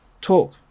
talk